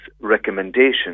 recommendations